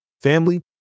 family